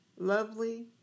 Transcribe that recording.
lovely